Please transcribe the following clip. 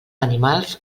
animals